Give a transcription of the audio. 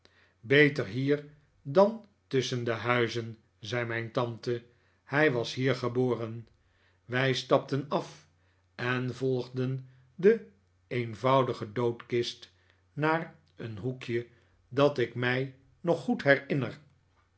beter hier dan tusschen de huizen zei mijn tante hij was hier geboren wij stapten af en volgden de eenvoudige dobdkist naar een hoekje dat ik mij david copperfield nog goed herinner